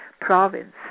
province